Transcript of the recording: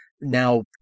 Now